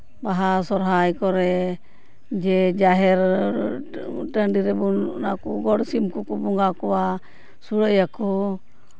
ᱵᱟᱦᱟ ᱥᱚᱦᱨᱟᱭ ᱠᱚᱨᱮᱜ ᱡᱮ ᱡᱟᱦᱮᱨ ᱴᱟᱺᱰᱤ ᱨᱮᱵᱚᱱ ᱚᱱᱟ ᱠᱚ ᱜᱚᱰ ᱥᱤᱢ ᱠᱚᱠᱚ ᱵᱚᱸᱜᱟ ᱠᱚᱣᱟ ᱥᱩᱲᱟᱹᱭᱟᱠᱚ